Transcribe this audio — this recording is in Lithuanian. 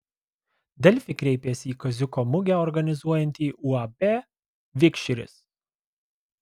delfi kreipėsi į kaziuko mugę organizuojantį uab vikšris